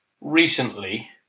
recently